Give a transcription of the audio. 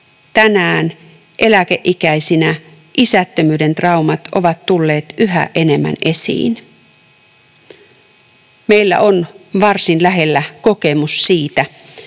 Tänään, eläkeikäisinä, isättömyyden traumat ovat tulleet yhä enemmän esiin.” Meillä on varsin lähellä kokemus siitä,